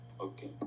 okay